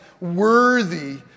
worthy